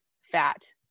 fat